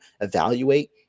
evaluate